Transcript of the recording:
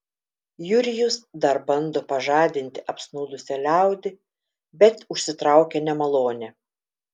jurijus dar bando pažadinti apsnūdusią liaudį bet užsitraukia nemalonę